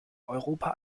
europa